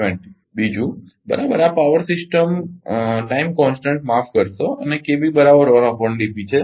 તેથી બીજું બરાબર આ પાવર સિસ્ટમ સમય અચળ માફ કરશો અને છે